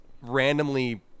randomly